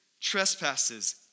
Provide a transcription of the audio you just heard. Trespasses